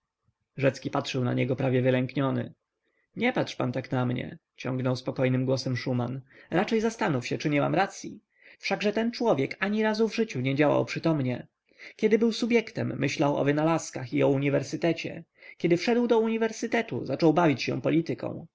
rzecki patrzył na niego prawie wylękniony nie patrz pan tak na mnie ciągnął spokojnym głosem szuman raczej zastanów się czy nie mam racyi wszakże ten człowiek ani razu w życiu nie działał przytomnie kiedy był subjektem myślał o wynalazkach i o uniwersytecie kiedy wszedł do uniwersytetu zaczął bawić się polityką